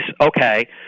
Okay